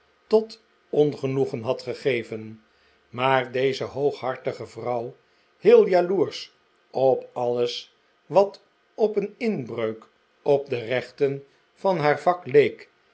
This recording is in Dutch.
tot pngenoegen had gegeven maar deze hooghartige vrouw heel jaloersch op alles wat op een inbreuk op de rechten van haar vak leek